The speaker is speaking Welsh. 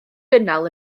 gynnal